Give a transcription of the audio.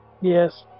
Yes